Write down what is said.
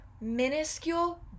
minuscule